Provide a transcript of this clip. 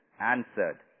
answered